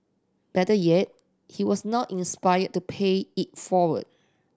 better yet he was now inspired to pay it forward